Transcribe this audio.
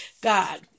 God